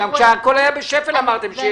גם כשהכול היה בשפל אמרתם שיש גאות.